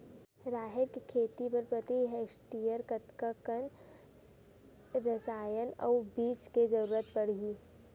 राहेर के खेती बर प्रति हेक्टेयर कतका कन रसायन अउ बीज के जरूरत पड़ही?